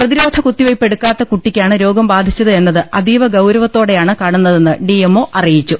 പ്രതിരോധ കുത്തിവയ്പ്പ് എടുക്കാത്ത കുട്ടിക്കാണ് രോഗം ബാധിച്ചത് എന്നത് അതീവ ഗൌരവത്തോടെയാണ് കാണുന്നതെന്ന് ഡി എം ഒ അറിയിച്ചു